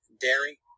dairy